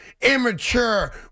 immature